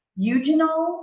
Eugenol